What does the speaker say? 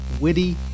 witty